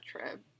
trip